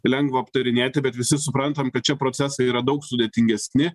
lengva aptarinėti bet visi suprantam kad čia procesai yra daug sudėtingesni